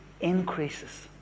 increases